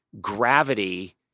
gravity